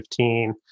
2015